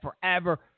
forever